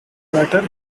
writer